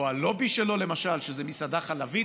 או הלובי שלו, למשל, שזו מסעדה חלבית,